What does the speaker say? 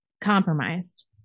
compromised